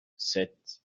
sept